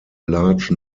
large